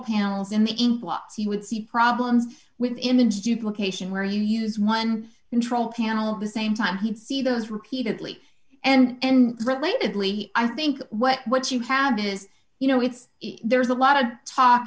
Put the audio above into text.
blots you would see problems with image duplication where you use one control panel of the same time he'd see those repeatedly and relatedly i think what you have is you know it's there's a lot of talk